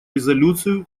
резолюцию